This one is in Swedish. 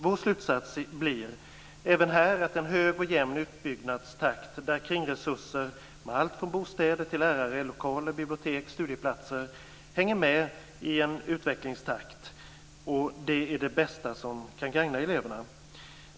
Vår slutsats blir även här att en hög och jämn utbyggnadstakt där kringresurser med allt från bostäder till lärare, lokaler, bibliotek och studieplatser hänger med i utvecklingstakten är det som bäst gagnar eleverna.